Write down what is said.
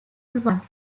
one